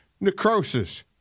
necrosis